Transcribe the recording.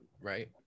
Right